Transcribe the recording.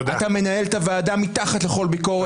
אתה מנהל את הוועדה מתחת לכל ביקורת.